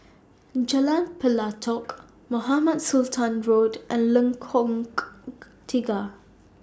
Jalan Pelatok Mohamed Sultan Road and Lengkok Tiga